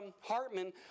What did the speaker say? Hartman